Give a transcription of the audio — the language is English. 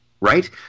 Right